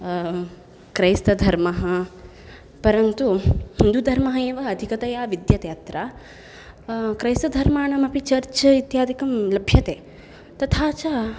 क्रैस्तधर्मः परन्तु हिन्दुधर्मः एव अधिकतया विद्यते अत्र क्रैस्तधर्माणामपि चर्च् इत्यादिकं लभ्यते तथा च